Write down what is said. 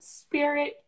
spirit